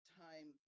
time